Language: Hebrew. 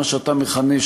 מה שאתה מכנה,